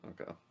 okay